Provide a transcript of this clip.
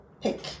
pick